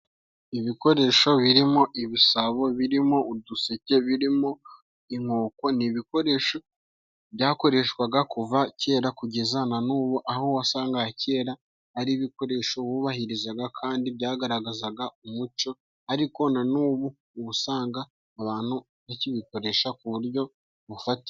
Ibikoresho birimo ibisabo, birimo uduseke, birimo inkoko ni ibikoresho byakoreshwaga kuva kera kugeza na nubu aho wasangaga kera ari ibikoresho wubahirizaga kandi byagaragazaga umuco ariko na nubu uba usanga abantu bakibikoresha ku buryo bufatika.